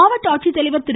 மாவட்ட ஆட்சித்தலைவர் திரு